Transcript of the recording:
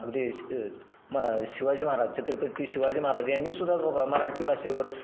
अगदी मा शिवाजी महाराज छत्रपती शिवाजी महाराज यांनीसुद्धा बाबा मराठी भाषेवर